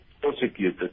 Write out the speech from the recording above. prosecuted